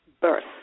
birth